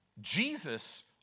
Jesus